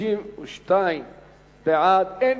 52 בעד, אין